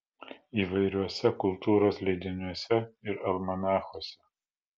įvairiuose kultūros leidiniuose ir almanachuose